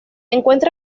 encuentra